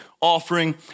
offering